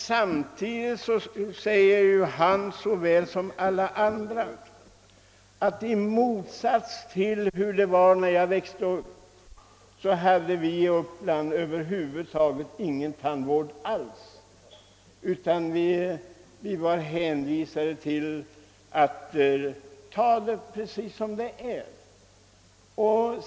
Samtidigt säger emellertid tandinspektören såväl som alla andra att Uppsala län tidigare inte hade någon tandvård alls. Så var det under min uppväxttid och vi måste finna oss i att ta det som det då var.